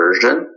version